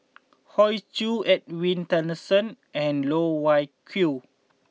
Hoey Choo Edwin Tessensohn and Loh Wai Kiew